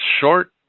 short